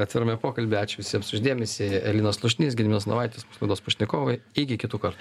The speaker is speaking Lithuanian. atvirame pokalby ačiū visiems už dėmesį linas slušnys gediminas navaitis mūsų laidos pašnekovai iki kitų kartų